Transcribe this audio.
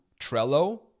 Trello